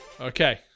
Okay